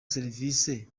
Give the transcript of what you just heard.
serivisi